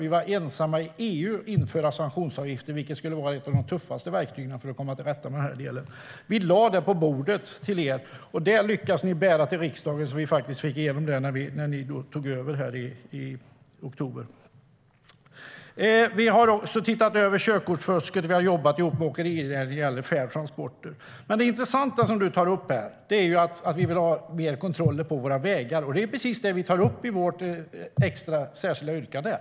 Vi var ensamma i EU om att införa sanktionsavgifter, vilket skulle vara ett av de tuffaste verktygen för att komma till rätta med de här problemen. Vi lade propositionen på bordet till er, och den lyckades vi faktiskt få igenom när ni tog över i oktober. Vi har också sett över körkortsfusket och jobbat ihop med åkerinäringen när det gäller fjärrtransporter. Det intressanta som Jasenko Omanovic tar upp är att det behövs mer kontroller på våra vägar. Det är precis det vi tar upp i vårt särskilda yrkande.